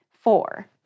four